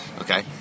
okay